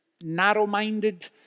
narrow-minded